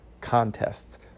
contests